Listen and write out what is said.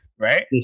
Right